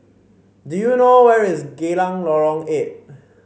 do you know where is Geylang Lorong Eight